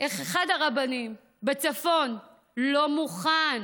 הרבנים בצפון לא מוכן